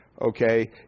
okay